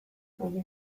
baina